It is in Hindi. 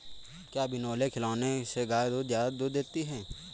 क्या बिनोले खिलाने से गाय दूध ज्यादा देती है?